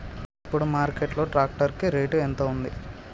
ఇప్పుడు మార్కెట్ లో ట్రాక్టర్ కి రేటు ఎంత ఉంది?